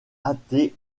athées